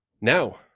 now